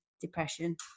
depression